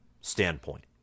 standpoint